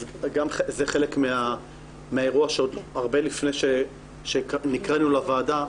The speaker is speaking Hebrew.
אז גם זה חלק מהאירוע שהרבה לפני שנקראנו לוועדה,